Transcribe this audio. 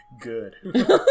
good